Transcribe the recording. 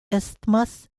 isthmus